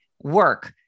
work